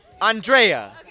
Andrea